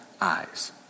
eyes